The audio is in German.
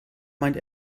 meint